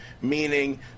Meaning